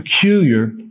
peculiar